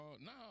no